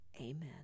Amen